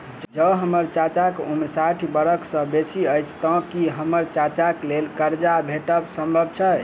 जँ हम्मर चाचाक उम्र साठि बरख सँ बेसी अछि तऽ की हम्मर चाचाक लेल करजा भेटब संभव छै?